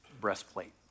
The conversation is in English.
breastplate